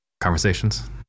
conversations